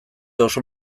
oso